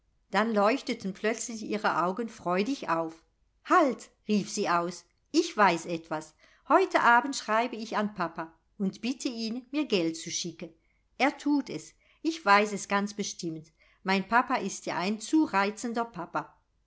dann leuchteten plötzlich ihre augen freudig auf halt rief sie aus ich weiß etwas heute abend schreibe ich an papa und bitte ihn mir geld zu schicken er thut es ich weiß es ganz bestimmt mein papa ist ja ein zu reizender papa